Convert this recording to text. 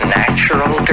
natural